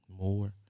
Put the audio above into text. More